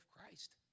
Christ